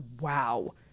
wow